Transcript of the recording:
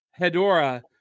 Hedora